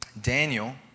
Daniel